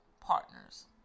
partners